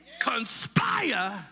Conspire